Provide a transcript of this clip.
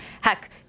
Heck